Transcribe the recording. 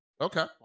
Okay